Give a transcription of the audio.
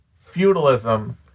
feudalism